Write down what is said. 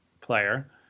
player